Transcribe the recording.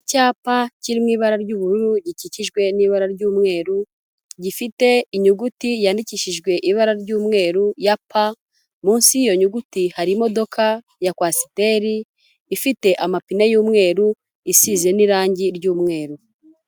Icyapa kirimo ibara ry'ubururu gikikijwe n'ibara ry'umweru, gifite inyuguti yandikishijwe ibara ry'umweru ya p, munsi y'iyo nyuguti harimo imodoka ya kwasiteri ifite amapine y'umweru, isize n'irangi ry'umweru.